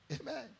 Amen